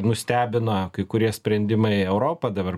nustebina kai kurie sprendimai europą dabar